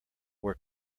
where